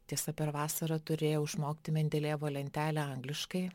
tiesa per vasarą turėjau išmokti mendelejevo lentelę angliškai